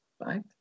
right